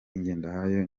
ngendahayo